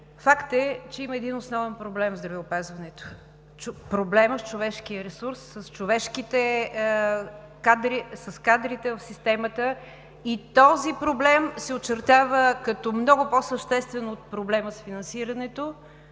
Факт е, че има един основен проблем в здравеопазването – проблемът с човешкия ресурс, с човешките кадри, с кадрите в системата и този проблем се очертава като много по-съществен от проблема с финансирането